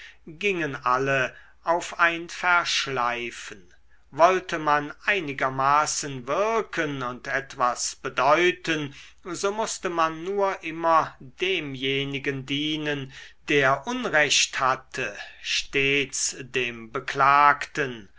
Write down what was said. gingen alle auf ein verschleifen wollte man einigermaßen wirken und etwas bedeuten so mußte man nur immer demjenigen dienen der unrecht hatte stets dem beklagten